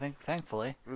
Thankfully